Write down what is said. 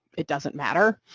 it doesn't matter,